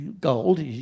gold